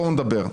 בואו נדבר.